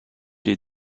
les